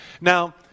Now